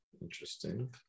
interesting